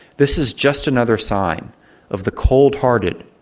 this is just another sign of the cold-hearted,